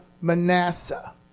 manasseh